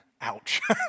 ouch